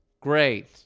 great